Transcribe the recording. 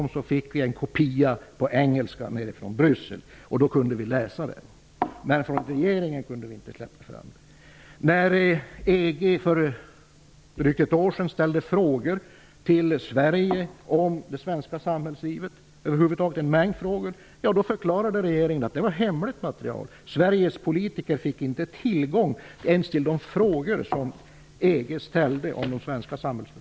Låt mig citera § 6 i den instruktion som gäller för